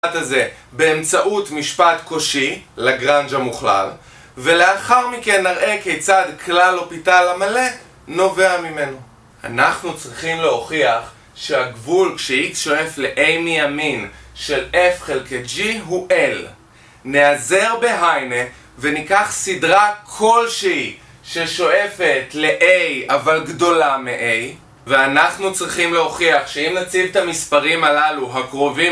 באמצעות משפט קושי לגרנג' המוכלל ולאחר מכן נראה כיצד כלל לופיטל המלא נובע ממנו אנחנו צריכים להוכיח שהגבול שX שואף ל-A מימין של F חלקי G הוא L נעזר בהיינה וניקח סדרה כלשהי ששואפת ל-A אבל גדולה מ-A ואנחנו צריכים להוכיח שאם נציל את המספרים הללו הקרובים